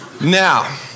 Now